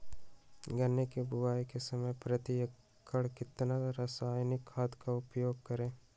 गन्ने की बुवाई के समय प्रति एकड़ कितना रासायनिक खाद का उपयोग करें?